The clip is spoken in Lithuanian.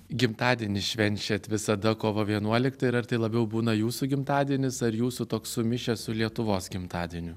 gimtadienį švenčiat visada kovo vienuoliktą ir ar tai labiau būna jūsų gimtadienis ar jūsų toks sumišęs su lietuvos gimtadieniu